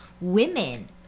women